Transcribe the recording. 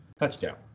touchdown